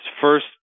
first